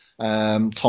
Tom